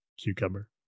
cucumber